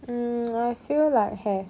mm I feel like have